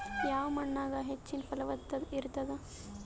ಯಾವ ಮಣ್ಣಾಗ ಹೆಚ್ಚಿನ ಫಲವತ್ತತ ಇರತ್ತಾದ?